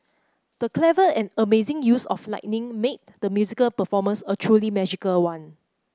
the clever and amazing use of lighting made the musical performance a truly magical one